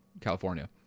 California